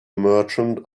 merchant